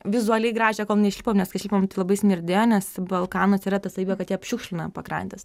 vizualiai gražią kol neišlipom nes kai išlipom tai labai smirdėjo nes balkanuose yra ta savybė kad jie apšiukšlina pakrantes